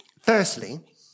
Firstly